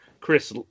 Chris